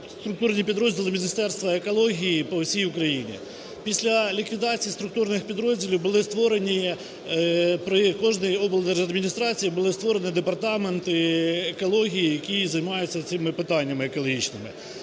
структурні підрозділи Міністерства екології по всій Україні. Після ліквідації структурних підрозділів були створені, при кожній облдержадміністрації були створені департаменти екології, які займаються цими питаннями екологічними,